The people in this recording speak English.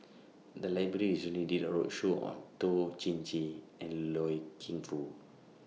The Library recently did A roadshow on Toh Chin Chye and Loy Keng Foo